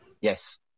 Yes